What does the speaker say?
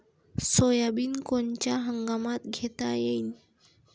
Soybean कोनच्या हंगामात घेता येईन?